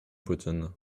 putin